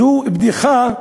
זו בדיחה,